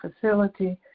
facility